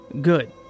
Good